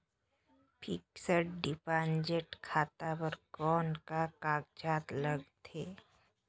Fixed deposit खाता बर कौन का कागजात लगथे?